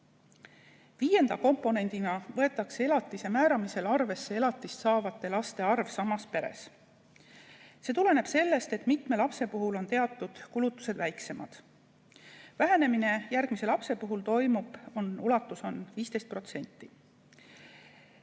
Viienda komponendina võetakse elatise määramisel arvesse elatist saavate laste arvu samas peres. See tuleneb sellest, et mitme lapse puhul on teatud kulutused väiksemad. Vähenemise ulatus järgmise lapse puhul on 15%.